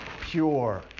pure